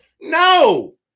No